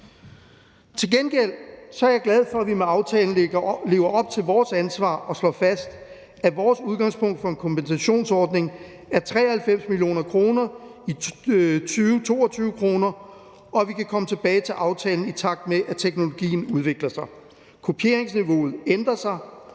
Til gengæld er jeg glad for, at vi med aftalen lever op til vores ansvar og slår fast, at vores udgangspunkt for en kompensationsordning er 93 mio. kr. i 2022-kroner, og at vi kan komme tilbage til aftalen, i takt med at teknologien udvikler sig, kopieringsniveauet ændrer sig